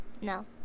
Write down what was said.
No